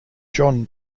john